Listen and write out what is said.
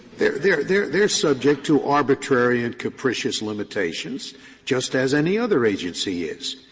they're they're they're they're subject to arbitrary and capricious limitations just as any other agency is.